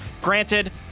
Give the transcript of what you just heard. Granted